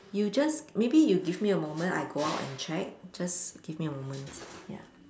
you just maybe you give me a moment I go out and check just give me a moment ya